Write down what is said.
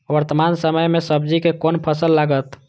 वर्तमान समय में सब्जी के कोन फसल लागत?